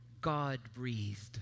God-breathed